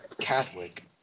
Catholic